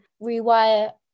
rewire